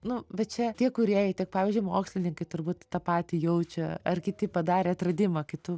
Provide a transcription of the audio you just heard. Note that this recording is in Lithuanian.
nu bet čia tiek kūrėjai tiek pavyzdžiui mokslininkai turbūt tą patį jaučia ar kiti padarę atradimą kai tu